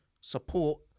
support